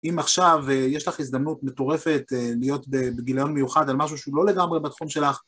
אם עכשיו יש לך הזדמנות מטורפת להיות בגיליון מיוחד על משהו שהוא לא לגמרי בתחום שלך,